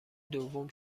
دوم